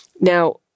Now